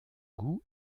goût